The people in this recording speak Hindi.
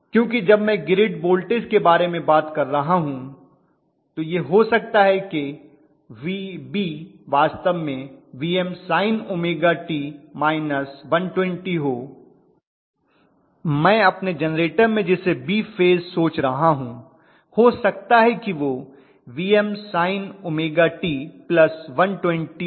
क्योंकि जब मैं ग्रिड वोल्टेज के बारे में बात कर रहा हूं तो यह हो सकता है कि Vb वास्तव में Vm sin𝝎t −120 हो मैं अपने जेनरेटर में जिसे B फेज सोच रहा हूं हो सकता है कि वह Vm sin𝝎t 120 हो